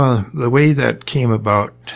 ah the way that came about